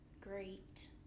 Great